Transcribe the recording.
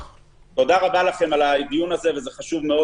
תודה רבה לכם על הדיון החשוב בה,